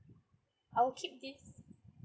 I'll keep this